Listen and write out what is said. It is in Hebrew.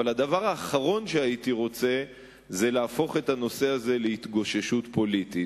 אבל הדבר האחרון שהייתי רוצה זה להפוך את הנושא הזה להתגוששות פוליטית,